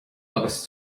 agus